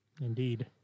Indeed